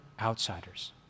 outsiders